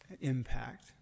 impact